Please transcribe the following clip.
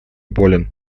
болен